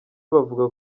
bavuga